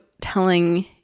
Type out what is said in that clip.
telling